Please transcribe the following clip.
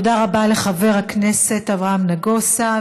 תודה רבה לחבר הכנסת אברהם נגוסה.